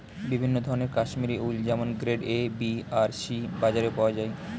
বিভিন্ন ধরনের কাশ্মীরি উল যেমন গ্রেড এ, বি আর সি বাজারে পাওয়া যায়